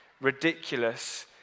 ridiculous